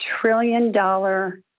trillion-dollar